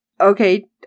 Okay